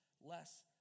less